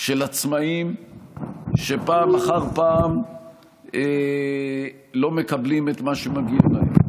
של עצמאים שפעם אחר פעם לא מקבלים את מה שמגיע להם,